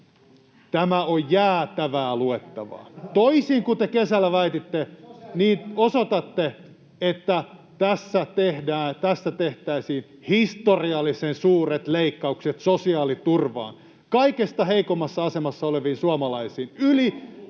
Tämä on jäätävää luettavaa. Toisin kuin te kesällä väititte, osoitatte, että tässä tehtäisiin historiallisen suuret leikkaukset sosiaaliturvaan, kaikista heikoimmassa asemassa oleviin suomalaisiin.